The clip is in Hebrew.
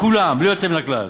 לכולם, בלי יוצא מן הכלל,